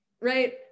right